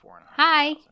Hi